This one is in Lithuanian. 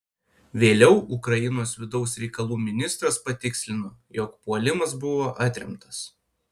vėliau ukrainos vidaus reikalų ministras patikslino jog puolimas buvo atremtas